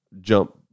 jump